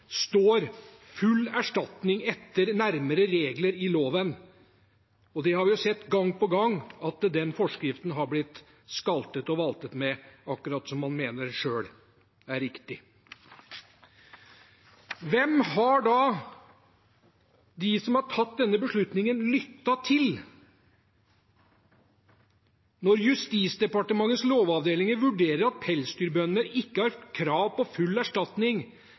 står at man får full erstatning etter nærmere regler i loven. Vi har sett gang på gang at den forskriften har blitt skaltet og valtet med akkurat som man selv mener er riktig. Hvem har da de som har tatt denne beslutningen, lyttet til, når Justisdepartementets lovavdeling vurderer at pelsdyrbønder ikke har krav på full erstatning